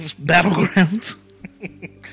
battlegrounds